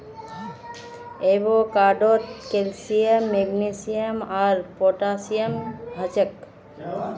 एवोकाडोत calcium magnesium आर potassium हछेक